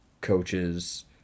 coaches